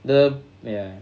the ya